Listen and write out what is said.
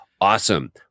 Awesome